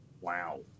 Wow